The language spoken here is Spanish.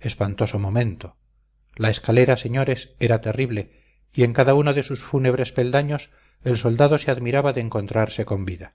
espantoso momento la escalera señores era terrible y en cada uno de sus fúnebres peldaños el soldado se admiraba de encontrarse con vida